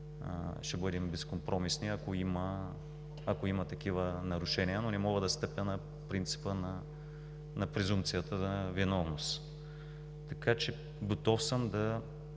ще бъдем безкомпромисни, ако има такива нарушения, но не мога да стъпя на принципа на презумпцията за виновност. Готов съм да